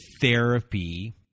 therapy